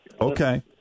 Okay